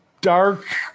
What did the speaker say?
Dark